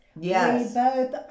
Yes